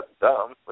dumb